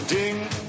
Ding